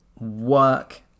work